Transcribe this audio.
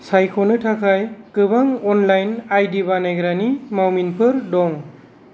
सायख'नो थाखाय गोबां अनलाइन आईडी बानायग्रानि मावमिनफोर दं